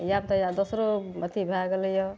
आयब तऽ आओर दोसरो अथी भए गेलइए